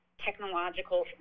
technological